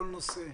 כל נושא,